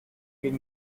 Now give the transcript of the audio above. bir